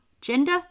gender